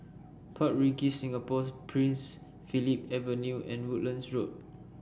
Park Regis Singapore Prince Philip Avenue and Woodlands Road